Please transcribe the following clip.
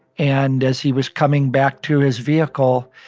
and as he was coming back to his vehicle,